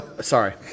sorry